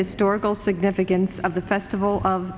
historical significance of the festival